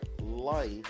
life